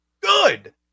good